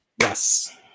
Yes